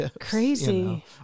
Crazy